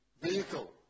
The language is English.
vehicle